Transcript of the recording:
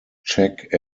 check